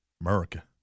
america